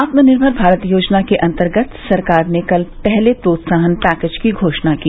आत्मनिर्मर भारत योजना के अंतर्गत सरकार ने कल पहले प्रोत्साहन पैकेज की घोषणा की